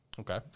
Okay